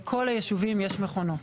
לכל היישובים יש מכונות.